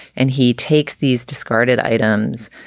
and he takes these discarded items,